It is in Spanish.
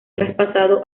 traspasado